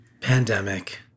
Pandemic